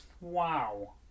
Wow